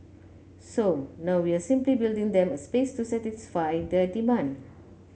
so now we're simply building them a space to satisfy the demand